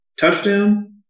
Touchdown